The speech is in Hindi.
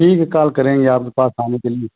ठीक है काल करेंगे आपके पास आने के लिए